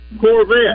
Corvette